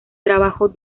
trabajó